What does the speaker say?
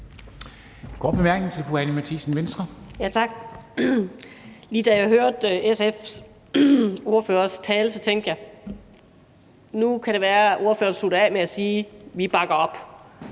Venstre. Kl. 15:59 Anni Matthiesen (V): Tak. Lige da jeg hørte SF's ordførers tale, tænkte jeg, at nu kan det være, at ordføreren slutter af med at sige: Vi bakker op.